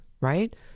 right